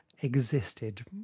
existed